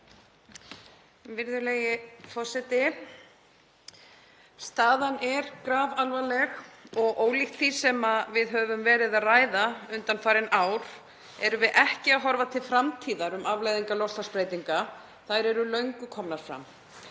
Virðulegi forseti. Staðan er grafalvarleg og ólíkt því sem við höfum verið að ræða undanfarin ár þá erum við ekki að horfa til framtíðar um afleiðingar loftslagsbreytinga, þær eru löngu komnar fram